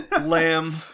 lamb